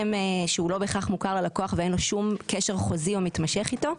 שהוא לא בהכרח מוכר ללקוח ואין לו שום קשר חוזי או מתמשך איתו.